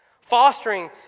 fostering